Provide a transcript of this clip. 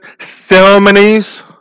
ceremonies